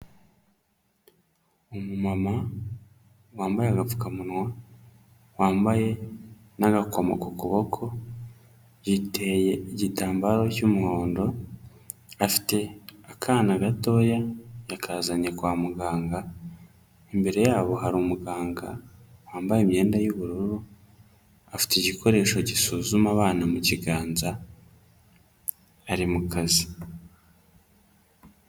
Umumama wambaye agapfukamunwa wambaye n'agakomo ku kuboko, yiteye igitambaro cy'umuhondo afite akana gatoya yakazanye kwa muganga, imbere yabo hari umuganga wambaye imyenda y'ubururu afite igikoresho gisuzuma abana mu kiganza ari mu kazi.